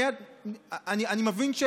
אני מבין,